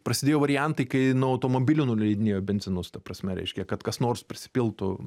prasidėjo variantai kai nuo automobilių nuleidinėjo benzinus ta prasme reiškia kad kas nors prisipiltų